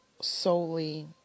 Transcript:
solely